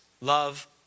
love